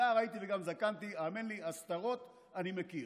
נער הייתי וגם זקנתי, האמן לי, הסתרות אני מכיר,